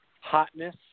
hotness